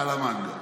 על המנגל.